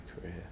career